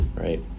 right